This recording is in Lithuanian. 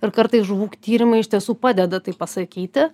ir kartais žuvų k tyrimai iš tiesų padeda tai pasakyti